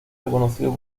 reconocido